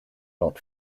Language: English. not